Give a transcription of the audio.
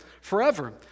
forever